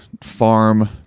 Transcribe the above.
farm